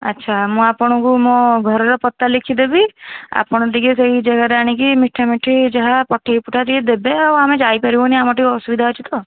ଆଚ୍ଛା ମୁଁ ଆପଣଙ୍କୁ ମୋ ଘରର ପତା ଲେଖିଦେବି ଆପଣ ଟିକେ ସେଇ ଜାଗାରେ ଆଣିକି ମିଠାମିଠି ଯାହା ପଠେଇପୁଠା ଟିକେ ଦେବେ ଆଉ ଆମେ ଯାଇ ପାରିବୁନି ଆମର ଟିକେ ଅସୁବିଧା ଅଛି ତ